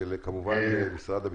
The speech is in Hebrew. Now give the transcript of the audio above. וכמובן גם למשרד הביטחון.